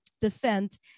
descent